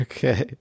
Okay